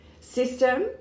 system